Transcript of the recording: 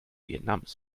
vietnams